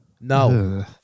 No